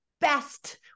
best